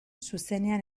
zuzenean